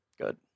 Good